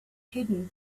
hidden